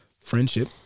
friendship